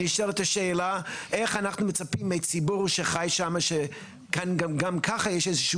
נשאלת השאלה איך אנחנו מצפים מציבור שחי שמה שכאן גם ככה יש איזשהו